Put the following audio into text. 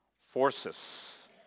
forces